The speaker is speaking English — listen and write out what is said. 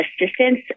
assistance